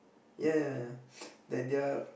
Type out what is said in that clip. ya ya ya they they are